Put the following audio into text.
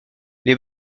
les